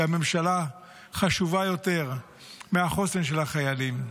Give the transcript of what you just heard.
כי הממשלה חשובה יותר מהחוסן של החיילים.